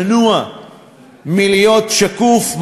מנוע מלהיות שקוף,